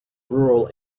rural